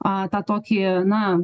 a tą tokį na